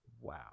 wow